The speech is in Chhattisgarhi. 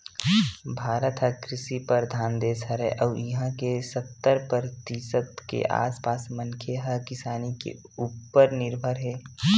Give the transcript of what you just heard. भारत ह कृषि परधान देस हरय अउ इहां के सत्तर परतिसत के आसपास मनखे ह किसानी के उप्पर निरभर हे